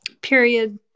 period